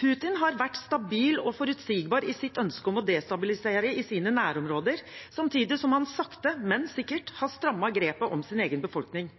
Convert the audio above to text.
Putin har vært stabil og forutsigbar i sitt ønske om å destabilisere sine nærområder, samtidig som han sakte, men sikkert har strammet grepet om sin egen befolkning.